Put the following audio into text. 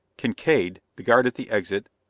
kincaide. the guard at the exit.